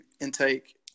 intake